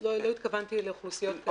לא התכוונתי לאוכלוסיות כאלה.